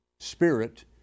Spirit